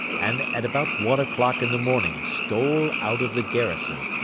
and at about one o'clock in the morning stole out of the garrison,